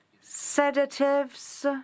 sedatives